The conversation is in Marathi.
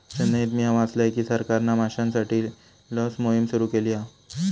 चेन्नईत मिया वाचलय की सरकारना माश्यांसाठी लस मोहिम सुरू केली हा